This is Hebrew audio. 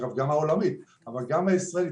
אגב גם העולמית אבל גם הישראלית,